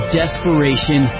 desperation